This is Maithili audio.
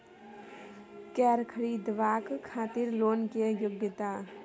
कैर खरीदवाक खातिर लोन के योग्यता?